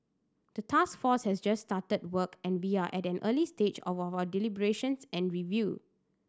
the task force has just started work and we are at an early stage of our deliberations and review